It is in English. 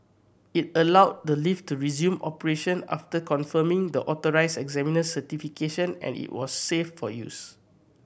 it allowed the lift to resume operation after confirming the authorised examiner's certification and it was safe for use